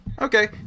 Okay